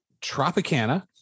tropicana